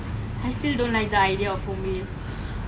especially now home based learning eh it's very tough